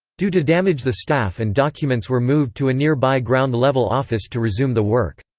due to damage the staff and documents were moved to a nearby ground level office to resume the work.